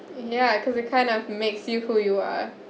yeah cause it kind of makes you who you are